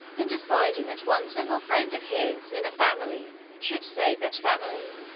in deciding that one single friend of his in a family should save that family,